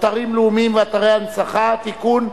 אתרים לאומיים ואתרי הנצחה (תיקון,